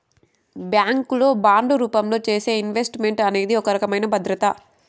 bank లో bond రూపంలో చేసే ఇన్వెస్ట్ మెంట్ అనేది ఒక రకమైన భద్రత